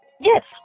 Yes